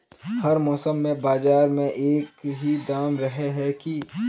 हर मौसम में बाजार में एक ही दाम रहे है की?